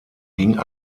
ging